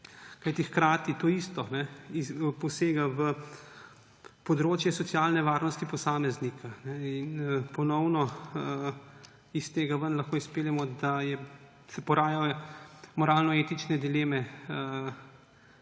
kajti hkrati to isto posega v področje socialne varnosti posameznika. Iz tega lahko izpeljemo, da se porajajo moralno-etične dileme: